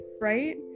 right